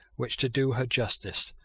which, to do her justice,